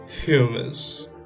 Humans